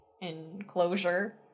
enclosure